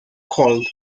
cold